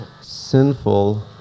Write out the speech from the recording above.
sinful